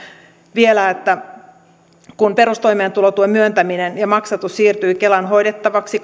vielä että kun perustoimeentulotuen myöntäminen ja maksatus siirtyi kelan hoidettavaksi